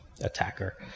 attacker